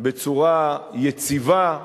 בצורה יציבה,